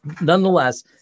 nonetheless